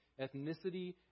ethnicity